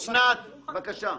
אסנת, בבקשה.